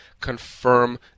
confirm